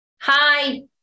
hi